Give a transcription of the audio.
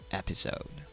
episode